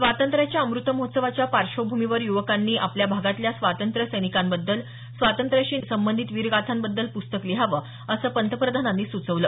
स्वातंत्र्याच्या अम्रतमहोत्सवाच्या पार्श्वभूमीवर य्वकांनी आपल्या भागातल्या स्वातंत्र्य सैनिकांबद्दल स्वातंत्र्याशी संबंधित वीरगाथांबद्दल प्रस्तक लिहावं असं पंतप्रधानांनी सुचवलं